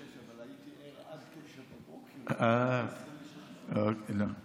ב-06:00, אבל הייתי ער עד 09:00 בבוקר, 26 שעות.